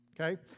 okay